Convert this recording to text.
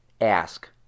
ask